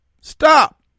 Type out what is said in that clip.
stop